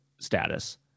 status